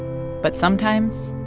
but sometimes.